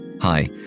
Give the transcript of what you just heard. Hi